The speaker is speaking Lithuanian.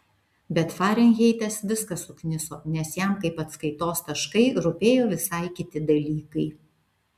bet farenheitas viską sukniso nes jam kaip atskaitos taškai rūpėjo visai kiti dalykai